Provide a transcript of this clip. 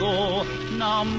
Now